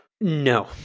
No